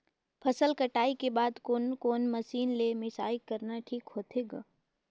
फसल कटाई के बाद कोने कोने मशीन ले मिसाई करना ठीक होथे ग?